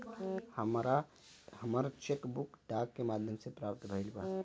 हमरा हमर cheque book डाक के माध्यम से प्राप्त भईल बा